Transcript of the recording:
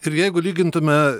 ir jeigu lygintumėme